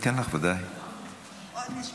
אתן לך, בוודאי.